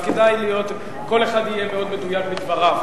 אז כל אחד יהיה מאוד מדויק בדבריו,